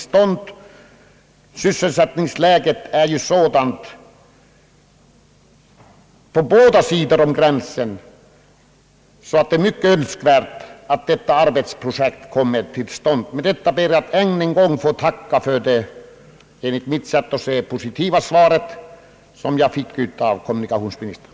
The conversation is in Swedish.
Sysselsättningsläget är sådant på båda sidor om gränsen att det är mycket önskvärt att detta projekt kommer till utförande. Med detta ber jag än en gång att få tacka för det enligt mitt sätt att se positiva svar som jag fick av kommunikationsministern.